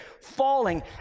falling